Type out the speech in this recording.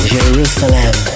Jerusalem